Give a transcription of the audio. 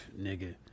nigga